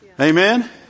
Amen